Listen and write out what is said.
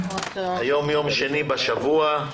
היום יום שני בשבוע,